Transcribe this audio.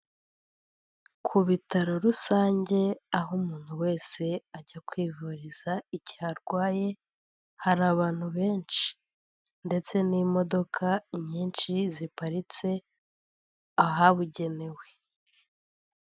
Ku bitaro rusange aho umuntu wese ajya kwivuriza igihe arwaye, hari abantu benshi, ndetse n'imodoka nyinshi ziparitse, ahabugenewe.